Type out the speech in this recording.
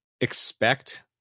expect